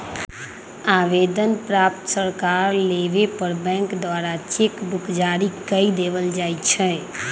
आवेदन पत्र सकार लेबय पर बैंक द्वारा चेक बुक जारी कऽ देल जाइ छइ